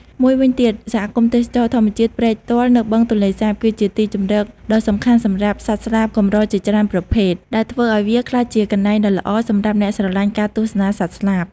មួយវិញទៀត សហគមន៍ទេសចរណ៍ធម្មជាតិព្រែកទាល់ នៅបឹងទន្លេសាប គឺជាទីជម្រកដ៏សំខាន់សម្រាប់សត្វស្លាបកម្រជាច្រើនប្រភេទ ដែលធ្វើឱ្យវាក្លាយជាកន្លែងដ៏ល្អសម្រាប់អ្នកស្រឡាញ់ការទស្សនាសត្វស្លាប។